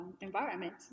environment